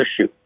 issue